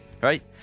right